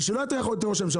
ושלא יטריח את ראש הממשלה.